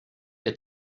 que